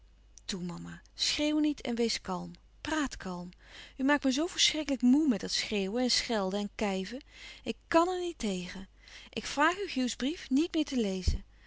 toe mama schreeuw niet en wees kalm praat kalm u maakt me zoo verschrikkelijk moê met dat schreeuwen en schelden en kijven ik kàn er niet tegen ik vraag u hughs brief niet meer te lezen